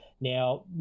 Now